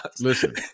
Listen